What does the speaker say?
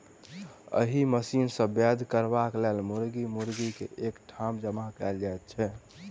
एहि मशीन सॅ वध करबाक लेल मुर्गा मुर्गी के एक ठाम जमा कयल जाइत छै